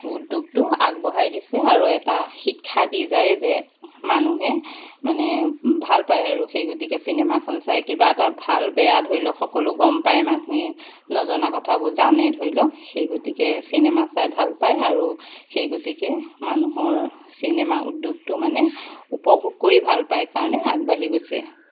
উদ্যোগটো আগবঢ়াই দিছে আৰু এটা শিক্ষা দি যায় যে মানুহে মানে ভাল পায় আৰু সেই গতিকে চিনেমাখন চাই কিবা এটা ভাল বেয়া ধৰি লওক সকলো গম পায় মানুহে নজনা কথাবোৰ জানে ধৰি লক সেই গতিকে চিনেমা চাই ভাল পায় আৰু সেই গতিকে মানুহৰ চিনেমা উদ্যোগটো মানে উপভোগ কৰি ভাল পায় কাৰণে আগবাঢ়ি গৈছে